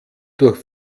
durch